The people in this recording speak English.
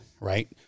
right